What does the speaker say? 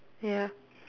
ya